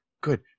good